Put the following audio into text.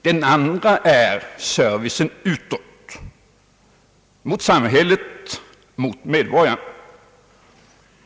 Den andra är hur servicen verkar utåt mot samhället och mot medborgarna.